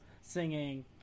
singing